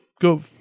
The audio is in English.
go